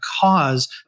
cause